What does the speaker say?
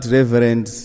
Reverend